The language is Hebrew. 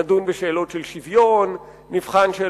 אשר ידונו בשאלות של שוויון ותעסוקה.